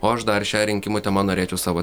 o aš dar šia rinkimų tema norėčiau savo